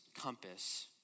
compass